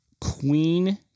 Queen